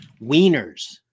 Wieners